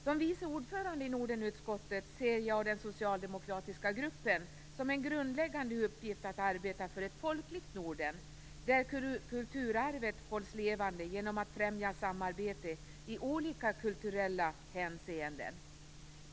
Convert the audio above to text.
Som vice ordförande i Nordenutskottet och medlem i socialdemokratiska gruppen ser jag som en grundläggande uppgift att arbeta för ett folkligt Norden där kulturarvet hålls levande genom främjande av samarbete i olika kulturella hänseenden.